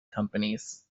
companies